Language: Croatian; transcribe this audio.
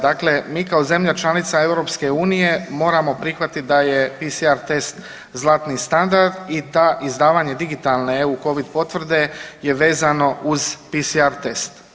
Dakle mi kao zemlja članica Europske unije moramo prihvatiti da je PCR test zlatni standard i da izdavanje digitalne EU Covid potvrde je vezano uz PCR test.